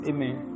Amen